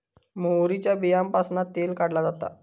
मोहरीच्या बीयांपासना तेल काढला जाता